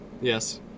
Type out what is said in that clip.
Yes